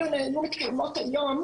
אם הן היו מתקיימות היום,